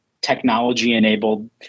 technology-enabled